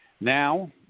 Now